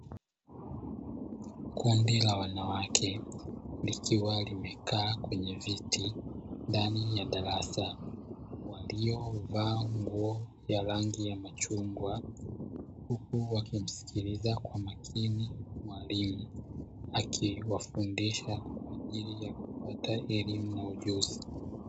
Kundi la wanawake likiwa limekaa kwenye viti ndani ya darasa waliovaa nguo ya rangi ya machungwa, huku wakimsikiliza kwa makini mwalimu akiwafundisha kwa ajili ya kupata elimu na ujuzi.